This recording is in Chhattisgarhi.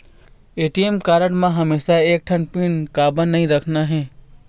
ए.टी.एम कारड म हमेशा बर एक ठन पिन काबर नई रखना हे?